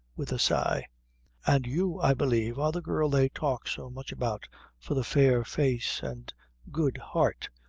with a sigh and you, i believe, are the girl they talk so much about for the fair face and good heart?